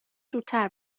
زودتر